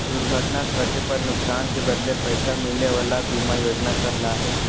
दुर्घटना घटे पर नुकसान के बदले पैसा मिले वला बीमा योजना कहला हइ